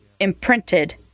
imprinted